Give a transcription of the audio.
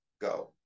Go